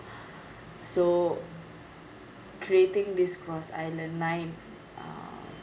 so creating this cross island line um